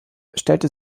stellte